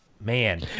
man